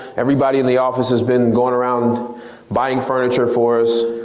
everybody in the office has been goin' around buying furniture for us.